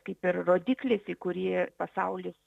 kaip ir rodyklės į kurį pasaulį